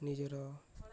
ନିଜର